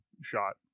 shot